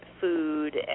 food